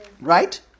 Right